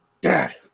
dad